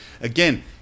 again